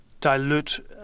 dilute